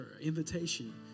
invitation